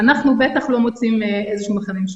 אנחנו בטח לא מוצאים איזה שהוא מכנה משותף,